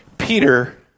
Peter